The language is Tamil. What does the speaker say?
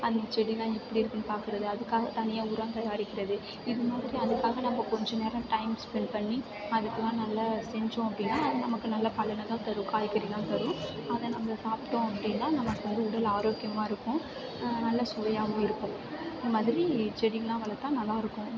அந்த செடியெல்லாம் எப்படி இருக்குதுனு பார்க்குறது அதுக்காக தனியாக உரங்கள் அடிக்கிறது இது மாதிரி அதுக்காக நம்ம கொஞ்சம் நேரம் டைம் ஸ்பெண்ட் பண்ணி அதுக்கெல்லாம் நல்லா செஞ்சோம் அப்படின்னா நமக்கு நல்லா பலனை தான் தரும் காய்கறியெல்லாம் தரும் அதை நம்ம சாப்பிட்டோம் அப்படின்னா நமக்கு வந்து உடல் ஆரோக்கியமாக இருக்கும் நல்ல சுவையாகவும் இருக்கும் இந்த மாதிரி செடிங்களெல்லாம் வளர்த்தா நல்லா இருக்கும்